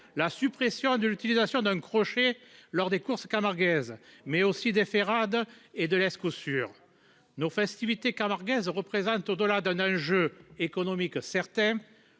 la suppression de l'utilisation d'un crochet lors des courses camarguaises, mais aussi l'interdiction des ferrades et de l'escoussure. Nos festivités camarguaises représentent, au-delà d'un enjeu économique certain,